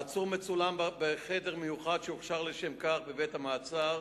העצור מצולם בחדר מיוחד שהוכשר לשם כך בבית-המעצר,